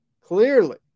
clearly